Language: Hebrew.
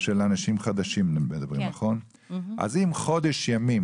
אנשים חדשים, אם חודש ימים